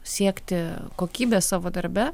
siekti kokybės savo darbe